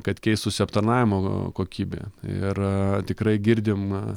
kad keistųsi aptarnavimo kokybė ir tikrai girdim